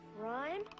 Rhyme